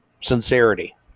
sincerity